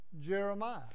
Jeremiah